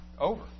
over